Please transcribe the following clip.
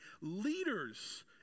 leaders